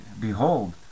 Behold